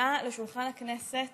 מביאה לשולחן הכנסת